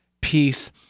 peace